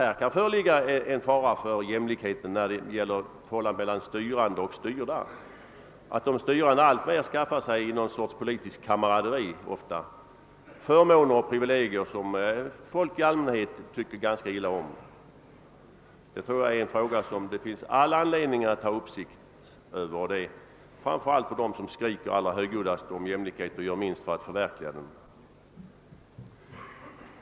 Det kan ligga en fara för jämlikheten i förhållandet mellan styrande och styrda om de förra i något slags politiskt kamaraderi skaffar sig förmåner och privilegier som folk i allmänhet ogillar. Det är en fråga, som framför allt de som skriker mest högljutt om jämlikheten men gör minst för att förverkliga den, har anledning att ha under uppsikt.